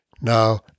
now